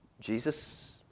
Jesus